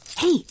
Hey